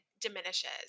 diminishes